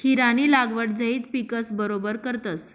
खीरानी लागवड झैद पिकस बरोबर करतस